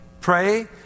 Pray